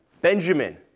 Benjamin